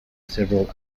several